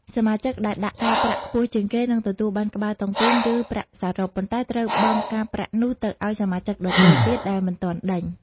សមាជិកដែលដាក់ការប្រាក់ខ្ពស់ជាងគេនឹងទទួលបាន "ក្បាលតុងទីន" ឬប្រាក់សរុប ប៉ុន្តែត្រូវបង់ការប្រាក់នោះទៅឱ្យសមាជិកដទៃទៀតដែលមិនទាន់ដេញ។